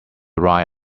ride